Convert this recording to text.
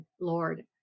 Lord